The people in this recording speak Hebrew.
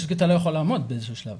פשוט כי אתה לא יכול לעמוד באיזשהו שלב.